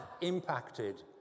impacted